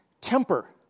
temper